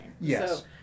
Yes